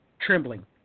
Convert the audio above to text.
trembling